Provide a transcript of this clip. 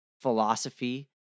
philosophy